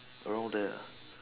around there ah